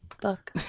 book